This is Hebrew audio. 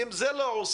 אם את זה לא עושים,